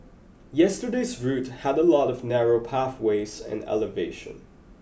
yesterday's route had a lot of narrow pathways and elevation